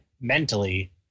mentally